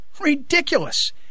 Ridiculous